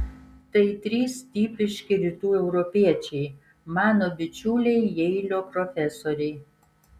tai trys tipiški rytų europiečiai mano bičiuliai jeilio profesoriai